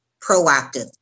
proactive